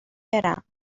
برم